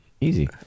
Easy